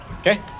Okay